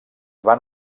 van